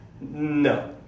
No